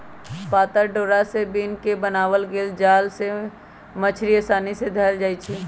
पातर डोरा से बिन क बनाएल गेल जाल से मछड़ी असानी से धएल जाइ छै